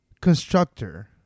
constructor